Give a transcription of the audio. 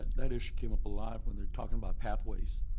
that issue came up a lot when they were talking about pathways.